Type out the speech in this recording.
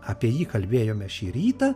apie jį kalbėjome šį rytą